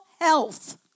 health